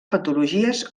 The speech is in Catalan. patologies